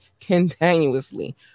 continuously